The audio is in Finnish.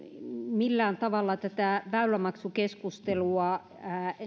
millään tavalla tätä väylämaksukeskustelua